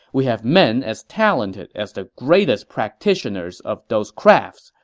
we have men as talented as the greatest practitioners of those crafts,